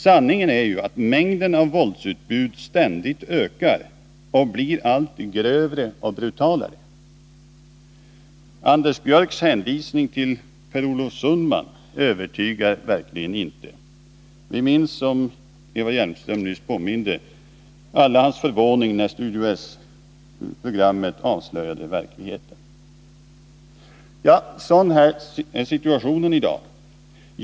Sanningen är ju att mängden av våldsutbud ständigt ökar och blir allt grövre och brutalare. Anders Björcks hänvisning till Per Olof Sundman övertygar verkligen inte. Vi minns, som Eva Hjelmström nyss påpekade, alla hans förvåning när studio S-programmet avslöjade verkligheten. Sådan är situationen i dag.